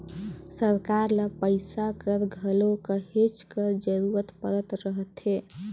सरकार ल पइसा कर घलो कहेच कर जरूरत परत रहथे